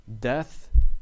Death